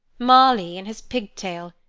marley in his pigtail,